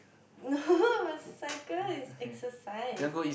no my cycle is exercise